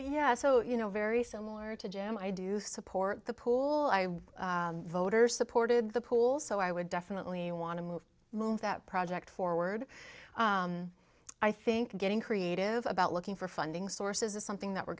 yeah so you know very similar to jim i do support the pool i vote or supported the pools so i would definitely want to move move that project forward i think getting creative about looking for funding sources is something that we're